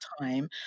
time